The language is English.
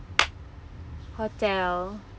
hotel